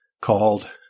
called